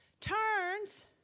turns